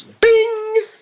Bing